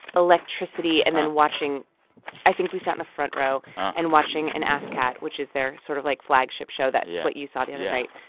electricity and then watching i think we sat in the front row and watching an asssscat, which is their sort of, like, flagship show. that's what you saw the other night.